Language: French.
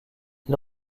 ils